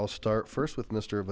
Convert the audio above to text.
i'll start first with mister